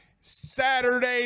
Saturday